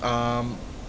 um